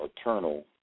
eternal